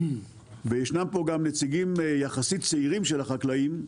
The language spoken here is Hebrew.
וישנם פה גם נציגים יחסית צעירים של החקלאים,